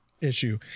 issue